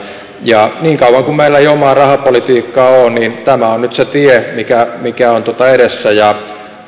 ja niin kauan kuin meillä ei omaa rahapolitiikkaa ole niin tämä on nyt se tie mikä mikä on edessä